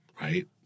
Right